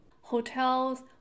Hotels